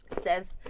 says